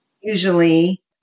Usually